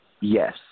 Yes